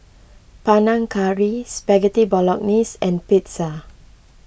Panang Curry Spaghetti Bolognese and Pizza